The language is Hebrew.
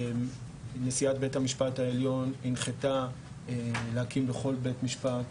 נשיאת בית המשפט העליון הנחתה להקים בכל בית משפט